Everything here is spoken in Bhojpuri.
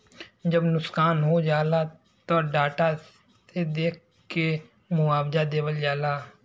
जब नुकसान हो जाला त डाटा से देख के मुआवजा देवल जाला